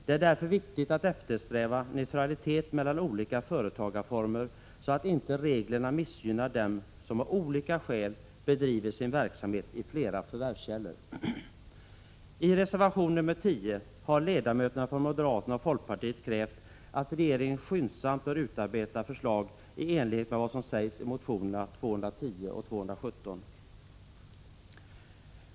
Det är därför viktigt att eftersträva neutralitet mellan olika företagsformer, så att inte reglerna missgynnar dem som av olika skäl bedriver sin verksamhet i flera förvärvskällor. I reservation nr 10 har ledamöterna från moderaterna och folkpartiet krävt att regeringen skyndsamt bör utarbeta förslag i enlighet med vad som sägs i motionerna 210 och 217.